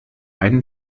einen